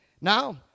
Now